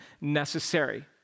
necessary